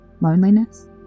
Loneliness